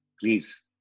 Please